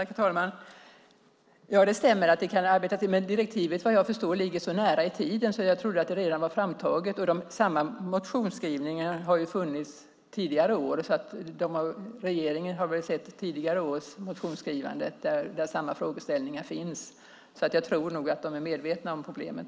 Herr talman! Det stämmer, men vad jag förstår ligger arbetet med direktivet så långt framme att det i det närmaste redan var framtaget. Samma motionsskrivningar har ju funnits även tidigare år så regeringen har sett dem. Där finns samma frågeställningar. Jag tror nog att regeringen är medveten om problemet.